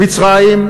במצרים,